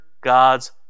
God's